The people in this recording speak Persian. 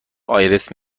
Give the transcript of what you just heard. آیرس